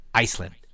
Iceland